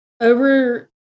over